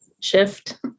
shift